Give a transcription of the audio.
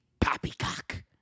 poppycock